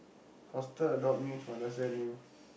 foster adopt means what does that mean